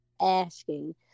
asking